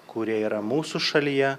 kurie yra mūsų šalyje